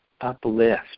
uplift